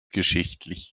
geschichtlich